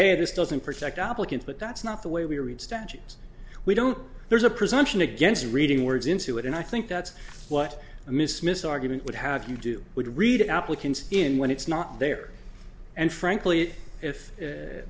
hey this doesn't protect applicants but that's not the way we read statutes we don't there's a presumption against reading words into it and i think that's what miss miss argument would have to do would read applicants in when it's not there and frankly if